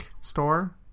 store